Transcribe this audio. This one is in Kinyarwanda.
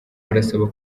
barasaba